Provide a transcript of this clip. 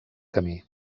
camí